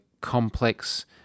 complex